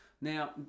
Now